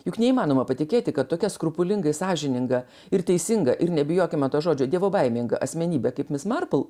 juk neįmanoma patikėti kad tokia skrupulingai sąžininga ir teisinga ir nebijokime to žodžio dievobaiminga asmenybe kaip mis marpl